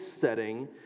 setting